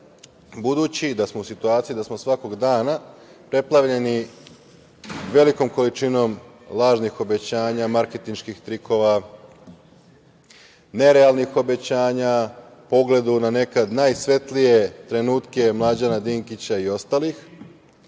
da smo u situaciji da smo svakog dana preplavljeni velikom količinom lažnih obećanja, marketinških trikova, nerealnih obećanja po ugledu na neke najsvetlije trenutke Mlađana Dinkića i ostalih,